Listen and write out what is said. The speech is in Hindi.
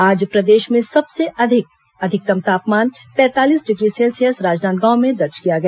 आज प्रदेश में सबसे अधिक अधिकतम तापमान पैंतालीस डिग्री सेल्सियस राजनांदगांव में दर्ज किया गया